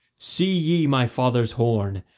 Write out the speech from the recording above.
see ye my father's horn,